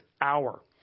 hour